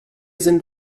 sind